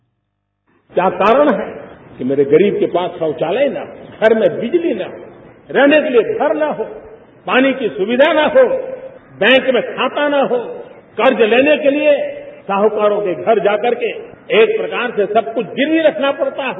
sound bite क्या कारण है कि मेरे गरीब के पास शौचालय नहीं घर में बिजली नहीं रहने के लिए घर न हो पानी की सुविधा न हो बैंक में खाता न हो कर्ज लेने के लिए साहूकारों के घर जा करके एक प्रकार से सब कुछ गिरवी रखना पड़ता हो